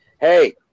Hey